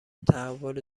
تحول